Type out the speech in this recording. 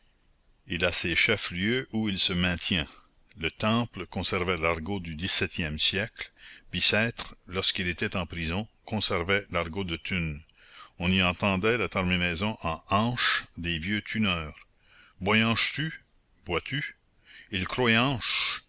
il a ses chefs lieux où il se maintient le temple conservait l'argot du dix-septième siècle bicêtre lorsqu'il était prison conservait l'argot de thunes on y entendait la terminaison en anche des vieux thuneurs boyanches tu bois tu il croyanche